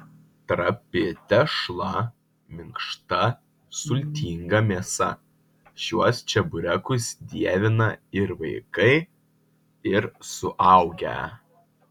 trapi tešla minkšta sultinga mėsa šiuos čeburekus dievina ir vaikai ir suaugę